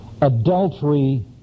Adultery